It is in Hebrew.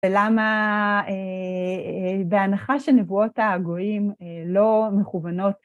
ולמה בהנחה שנבואות האגועים לא מכוונות